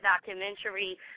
documentary